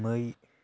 मै